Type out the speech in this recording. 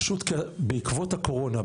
בעקבות הקורונה,